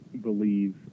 believe